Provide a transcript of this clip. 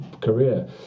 career